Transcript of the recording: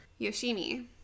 Yoshimi